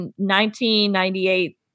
1998